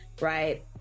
right